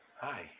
Hi